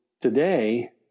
today